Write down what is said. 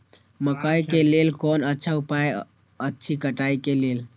मकैय के लेल कोन अच्छा उपाय अछि कटाई के लेल?